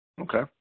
Okay